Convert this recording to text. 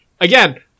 again